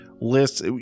lists